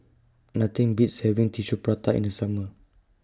Nothing Beats having Tissue Prata in The Summer